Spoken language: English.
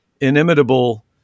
inimitable